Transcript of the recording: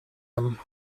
him